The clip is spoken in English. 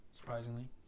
Surprisingly